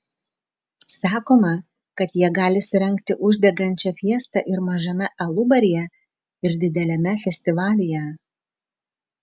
sakoma kad jie gali surengti uždegančią fiestą ir mažame alubaryje ir dideliame festivalyje